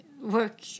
work